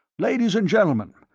ladies and gentlemen,